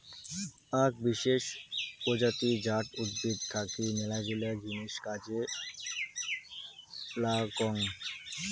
আক বিশেষ প্রজাতি জাট উদ্ভিদ থাকি মেলাগিলা জিনিস কাজে লাগং